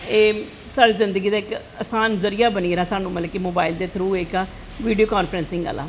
एह् साढ़ी जिन्दगा दी इक आसान जरिया बनी गेदा साह्नू मतलवलकि मोवाईल दे थ्रू इक बीडियोकांफ्रैंसिग आह्ला